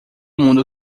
mundo